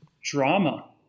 Drama